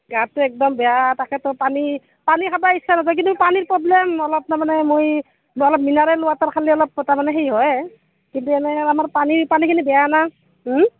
গাটো একদম বেয়া তাকেইতো পানী পানী খাবই ইচ্ছা নাযায় পানীৰ প্ৰব্লেম অলপ তাৰমানে মই অলপ মিনাৰেল ৱাটাৰ খালে তাৰমানে সেই হয় কিন্তু এনে আমাৰ পানী পানীখিনি বেয়া না